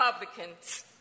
Republicans